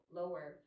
lower